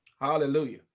Hallelujah